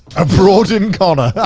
a broad encounter.